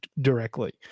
directly